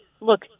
look